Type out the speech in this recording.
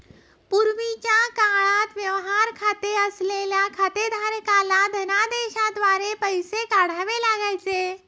पूर्वीच्या काळात व्यवहार खाते असलेल्या खातेधारकाला धनदेशाद्वारे पैसे काढावे लागायचे